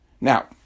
Now